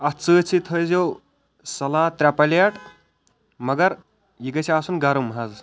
اتھ سۭتۍ سۭتۍ تھٲیِزیو سلات ترٛےٚ پلیٹ مگر یہِ گَژھِ آسُن گَرم حظ